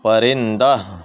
پرندہ